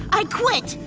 i quit!